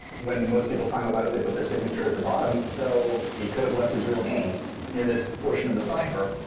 when most people sign a letter, they put their signature at the bottom, so he could've left his real name near this portion of the cipher.